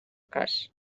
cas